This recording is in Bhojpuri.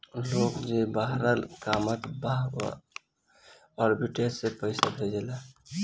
लोग जे बहरा कामत हअ उ आर्बिट्रेज से पईसा भेजेला